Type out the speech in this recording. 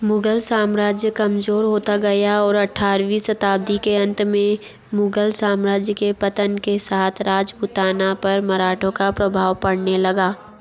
मुगल साम्राज्य कमजोर होता गया और अठारहवीं शताब्दी के अंत में मुगल साम्राज्य के पतन के साथ राजपूताना पर मराठों का प्रभाव पड़ने लगा